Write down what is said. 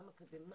גם על אקדמאים,